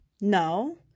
No